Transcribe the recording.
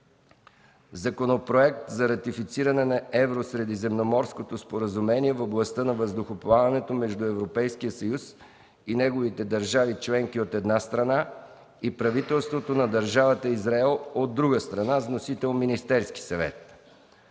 Законопроект за ратифициране на Евросредиземноморското споразумение в областта на въздухоплаването между Европейския съюз и неговите държави членки, от една страна, и правителството на Държавата Израел, от друга страна. Вносител – Министерският съвет.